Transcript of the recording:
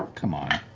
come on.